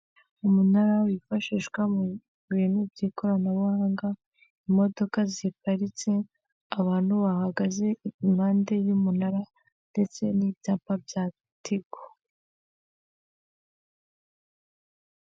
Umunara wifashishwa mu bintu by'ikoranabuhanga, imodoka ziparitse, abantu bahagaze impande y'umunara, ndetse n'ibyapa bya tigo.